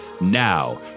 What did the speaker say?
Now